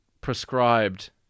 prescribed